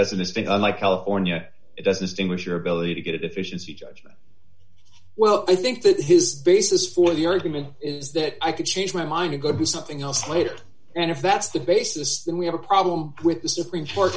doesn't this thing unlike california it doesn't stink with your ability to get a deficiency judgment well i think that his basis for the argument is that i could change my mind to go to something else later and if that's the basis then we have a problem with the supreme court